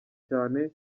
cyane